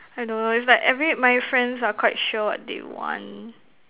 I don't know it's like every my friends are quite sure what they want